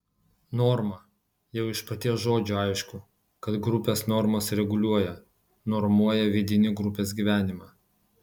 norma jau iš paties žodžio aišku kad grupės normos reguliuoja normuoja vidinį grupės gyvenimą